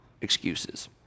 excuses